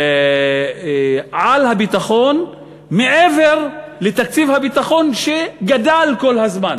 על הביטחון, מעבר לתקציב הביטחון, שגדל כל הזמן